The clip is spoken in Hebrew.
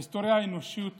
ההיסטוריה האנושית